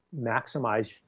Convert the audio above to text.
maximize